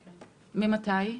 ממתי?